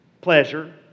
pleasure